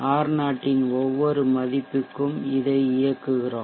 R0 இன் ஒவ்வொரு மதிப்புக்கும் இதை இயக்குகிறோம்